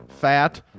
Fat